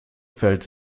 fällt